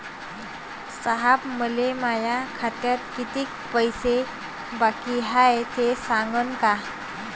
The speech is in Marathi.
साहेब, मले माया खात्यात कितीक पैसे बाकी हाय, ते सांगान का?